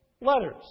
letters